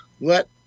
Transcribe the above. let